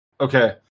Okay